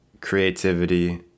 creativity